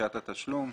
דרישת התשלום.,